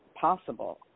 possible